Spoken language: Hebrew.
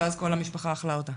ואז כל המשפחה אכלה אותה.